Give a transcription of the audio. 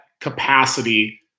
capacity